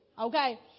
okay